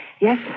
yes